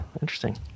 interesting